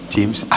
James